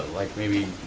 like maybe,